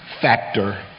factor